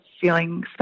feeling